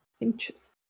Interesting